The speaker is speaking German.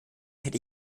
hätte